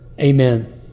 Amen